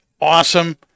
awesome